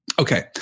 Okay